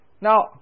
Now